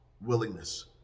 willingness